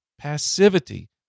passivity